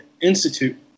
institute